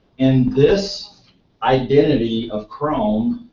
in this identity of chrome,